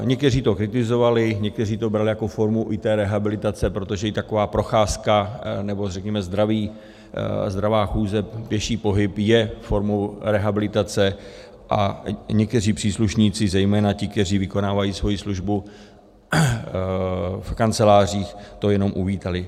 Někteří to kritizovali, někteří to brali jako formu rehabilitace, protože i taková procházka, nebo řekněme zdravá chůze, pěší pohyb, je formou rehabilitace, a někteří příslušníci, zejména ti, kteří vykonávají svoji službu v kancelářích, to jenom uvítali.